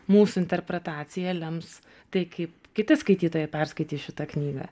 mūsų interpretacija lems tai kaip kiti skaitytojai perskaitys šitą knygą